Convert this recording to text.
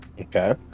Okay